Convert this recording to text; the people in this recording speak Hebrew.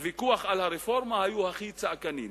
בוויכוח על הרפורמה, הם היו הכי צעקניים.